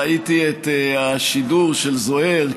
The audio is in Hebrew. ראיתי את השידור של זוהיר,